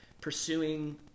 pursuing